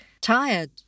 tired